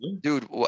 Dude